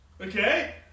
Okay